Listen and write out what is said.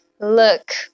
Look